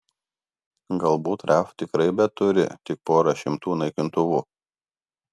galbūt raf tikrai beturi tik porą šimtų naikintuvų